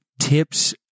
tips